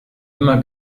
immer